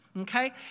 okay